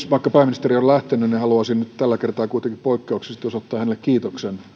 vaikka pääministeri on lähtenyt haluaisin nyt tällä kertaa kuitenkin poikkeuksellisesti osoittaa hänelle kiitoksen